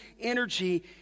energy